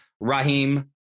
Raheem